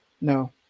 No